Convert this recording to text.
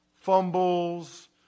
fumbles